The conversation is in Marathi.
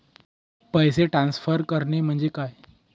पैसे ट्रान्सफर करणे म्हणजे काय?